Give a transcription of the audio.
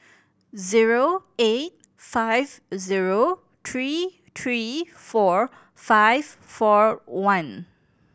zero eight five zero three three four five four one